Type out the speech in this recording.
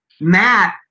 Matt